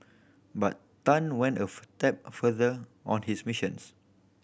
but Tan went of step further on his missions